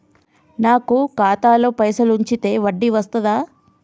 నాకు ఖాతాలో పైసలు ఉంచితే వడ్డీ వస్తదా?